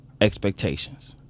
expectations